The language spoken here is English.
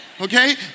Okay